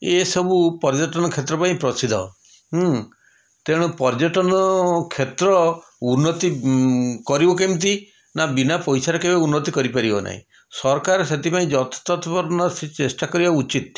ଏସବୁ ପର୍ଯ୍ୟଟନ କ୍ଷେତ୍ର ପାଇଁ ପ୍ରସିଦ୍ଧ ତେଣୁ ପର୍ଯ୍ୟଟନ କ୍ଷେତ୍ର ଉନ୍ନତି କରିବ କେମିତି ନା ବିନା ପଇସାରେ କେବେ ଉନ୍ନତି କରି ପାରିବ ନାହିଁ ସରକାର ସେଥିପାଇଁ ଚେଷ୍ଟା କରିବା ଉଚିତ